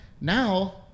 Now